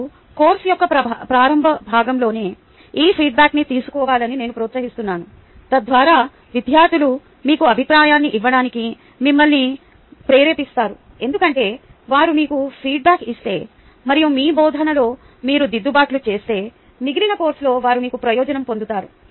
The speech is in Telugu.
మరియు కోర్సు యొక్క ప్రారంభ భాగాలలో ఈ ఫీడ్బ్యాక్న్ని తీసుకోవాలని నేను ప్రోత్సహిస్తున్నాను తద్వారా విద్యార్థులు మీకు అభిప్రాయాన్ని ఇవ్వడానికి మిమ్మల్ని ప్రేరేపిస్తారు ఎందుకంటే వారు మీకు ఫీడ్బ్యాక్ ఇస్తే మరియు మీ బోధనలో మీరు దిద్దుబాట్లు చేస్తే మిగిలిన కోర్సులో వారు మీకు ప్రయోజనం పొందుతారు